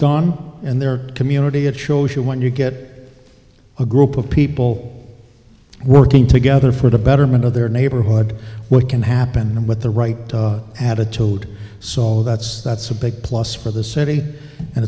gone and their community it shows you when you get a group of people working together for the betterment of their neighborhood what can happen with the right attitude so that's that's a big plus for the city and